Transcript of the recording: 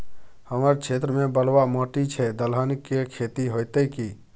हमर क्षेत्र में बलुआ माटी छै, दलहन के खेती होतै कि?